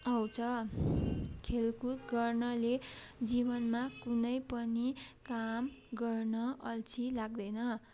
आउँछ खेलकुद गर्नाले जीवनमा कुनै पनि काम गर्न अअल्छी लाग्दैन